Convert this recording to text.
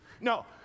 No